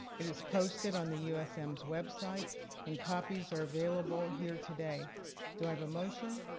it is posted on the u, s, m's website and copies are available here today do i have a motion.